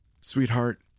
Sweetheart